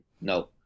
no